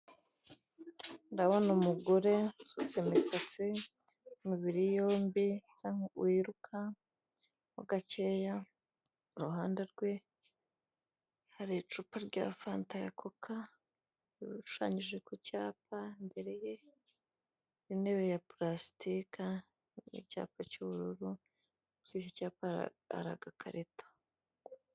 Ndabona umugore usutse imisatsi w'imibiri yombi usa nku wiruka mo gacyeya uruhande rwe hari icupa rya fanta ya coca ishushanyije ku cyapa imbere ye intebe ya plastic n'icyapa cy'ubururu munsi yicyo cyapa hari agakarito.